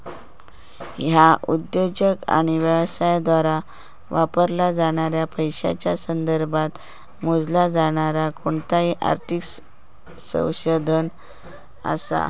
ह्या उद्योजक आणि व्यवसायांद्वारा वापरला जाणाऱ्या पैशांच्या संदर्भात मोजला जाणारा कोणताही आर्थिक संसाधन असा